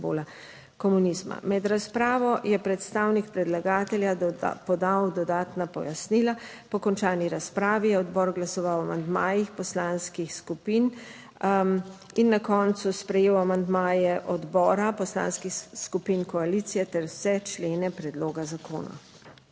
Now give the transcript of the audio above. simbola komunizma. Med razpravo je predstavnik predlagatelja podal dodatna pojasnila. Po končani razpravi je odbor glasoval o amandmajih poslanskih skupin in na koncu sprejel amandmaje odbora, poslanskih skupin koalicije ter vse člene predloga zakona.